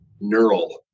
neural